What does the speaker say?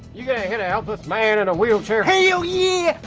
you gonna hit a helpless man in a wheelchair? hell yeah!